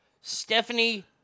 Stephanie